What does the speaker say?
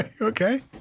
Okay